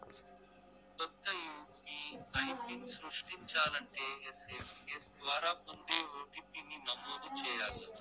కొత్త UPI PIN సృష్టించాలంటే SMS ద్వారా పొందే ఓ.టి.పి.ని నమోదు చేయాల్ల